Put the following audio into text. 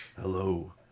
Hello